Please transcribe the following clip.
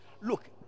Look